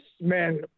Man